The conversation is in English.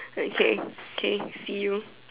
okay okay see you